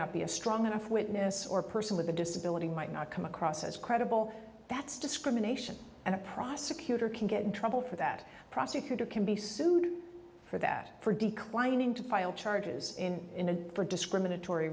not be a strong enough witness or a person with a disability might not come across as credible that's discrimination and a prosecutor can get in trouble for that prosecutor can be sued for that for declining to file charges in in a for discriminatory